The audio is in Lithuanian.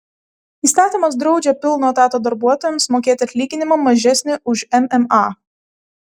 įstatymas draudžia pilno etato darbuotojams mokėti atlyginimą mažesnį už mma